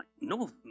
No